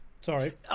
Sorry